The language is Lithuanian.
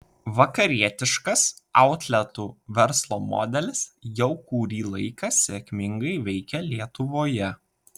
vakarietiškas outletų verslo modelis jau kurį laiką sėkmingai veikia lietuvoje